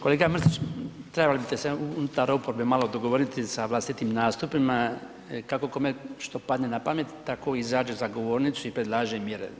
Kolega Mrsić, trebali ste se unutar oporbe malo dogovoriti sa vlastitim nastupima, kako kome što padne na pamet, tako izađe za govornicu i predlaže mjere.